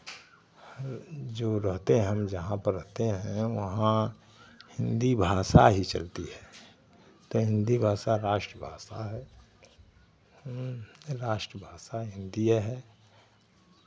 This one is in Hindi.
जो रहते हैं हम जहाँ पर रहते हैं वहाँ हिन्दी भाषा ही चलती है तो हिन्दी भाषा राष्ट्रभाषा है राष्ट्रभाषा हिन्दिए है